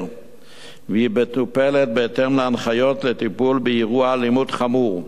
והיא מטופלת בהתאם להנחיות לטיפול באירוע אלימות חמור.